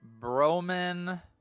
broman